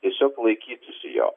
tiesiog laikytųsi jo